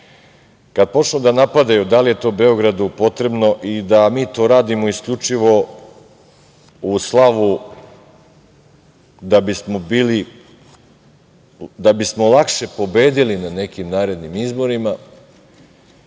počnu da napadaju da li je to Beogradu potrebno i da li to radimo isključivo u slavu, da bismo lakše pobedili na nekim narednim izborima,